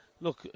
Look